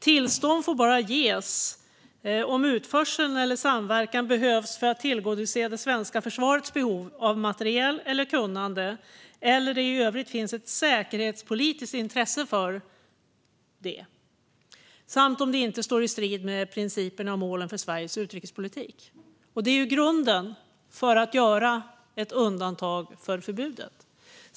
Tillstånd får dock bara ges om utförseln eller samverkan behövs för att tillgodose det svenska förvarets behov av materiel eller kunnande eller om det i övrigt finns ett säkerhetspolitiskt intresse samt om det inte står i strid med principerna och målen för Sveriges utrikespolitik. Det är grunden för att göra ett undantag från förbudet.